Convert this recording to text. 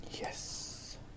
Yes